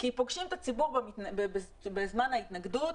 כי פוגשים את הציבור בזמן ההתנגדות,